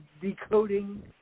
decoding